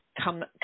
Come